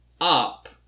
up